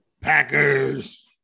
Packers